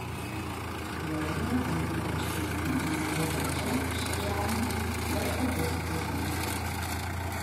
vladimiro algirdaičio giminė atgavo valdžią šiai žemei bet pakluso kazimierui